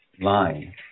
line